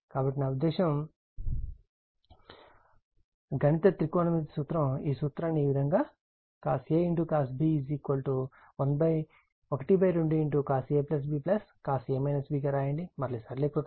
కాబట్టి నా ఉద్దేశ్యం గణిత త్రికోణమితి సూత్రం ఈ సూత్రాన్ని ఈ విధంగా cos A cos B 12 cos A B cos గా రాయండి మరియు సరళీకృతం చేయండి